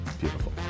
beautiful